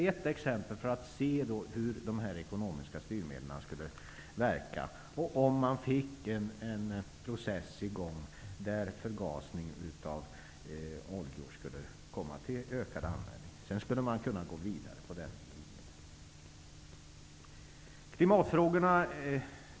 Att få i gång en process genom vilken förgasning av oljor skulle komma till ökad användning skulle vara ett exempel på hur de ekonomiska styrmedlen kan verka. Sedan skulle man kunna gå vidare efter den linjen.